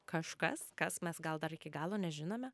kažkas kas mes gal dar iki galo nežinome